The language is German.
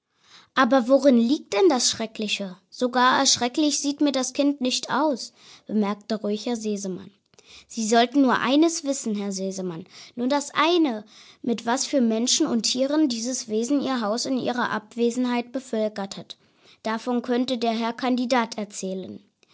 aber worin liegt denn das schreckliche so gar erschrecklich sieht mir das kind nicht aus bemerkte ruhig herr sesemann sie sollten nur eines wissen herr sesemann nur das eine mit was für menschen und tieren dieses wesen ihr haus in ihrer abwesenheit bevölkert hat davon könnte der herr kandidat erzählen